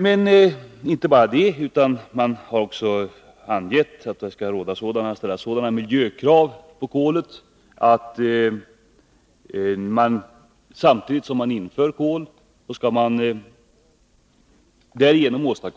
Men inte bara detta — riksdagen har också angett att det skall ställas sådana miljökrav på kolet, att när kol ersätter